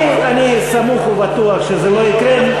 אני סמוך ובטוח שזה לא יקרה,